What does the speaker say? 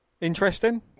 interesting